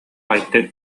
айта